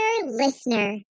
listener